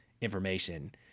information